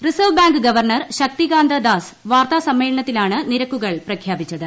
reserve Bank governor Shaktikanta Das വാർത്താ സമ്മേളനത്തിലാണ് നിരക്കുകൾ പ്രഖ്യാപിച്ചത്